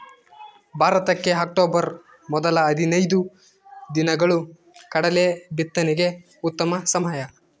ಭಾರತಕ್ಕೆ ಅಕ್ಟೋಬರ್ ಮೊದಲ ಹದಿನೈದು ದಿನಗಳು ಕಡಲೆ ಬಿತ್ತನೆಗೆ ಉತ್ತಮ ಸಮಯ